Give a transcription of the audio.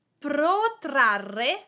protrarre